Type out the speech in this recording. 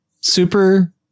super